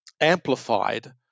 amplified